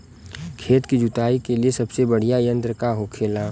खेत की जुताई के लिए सबसे बढ़ियां यंत्र का होखेला?